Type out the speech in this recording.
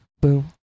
boom